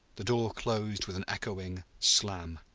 the door closed with an echoing slam.